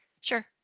sure